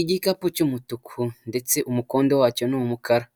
Igikapu cy'umutuku ndetse umukonde wacyo n'umukara